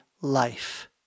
life